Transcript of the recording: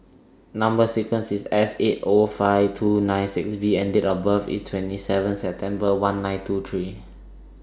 Number sequence IS S eight O five four two nine six B and Date of birth IS twenty seven September one nine two three